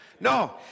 No